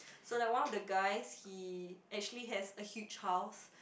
so like one of the guys he actually has a huge house